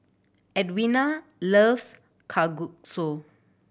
Edwina loves Kalguksu